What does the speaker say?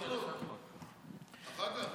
כבוד היושב-ראש, אני אוכל לענות לו אחר כך?